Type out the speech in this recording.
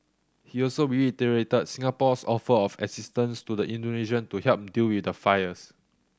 he also reiterated Singapore's offer of assistance to the Indonesian to help deal with the fires